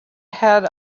had